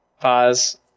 Pause